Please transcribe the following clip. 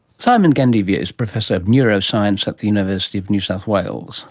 simon gandevia is professor of neuroscience at the university of new south wales